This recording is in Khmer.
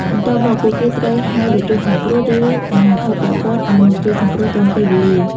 បន្ទាប់មក ពួកគេត្រូវ ហៅរថយន្តសង្គ្រោះ ឬអាជ្ញាធរពាក់ព័ន្ធ ឲ្យមកជួយសង្គ្រោះទាន់ពេលវេលា។